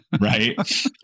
Right